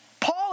Paul